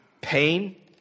pain